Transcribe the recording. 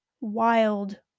wild